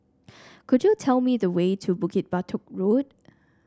could you tell me the way to Bukit Batok Road